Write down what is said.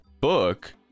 book